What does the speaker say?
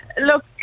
Look